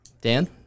Dan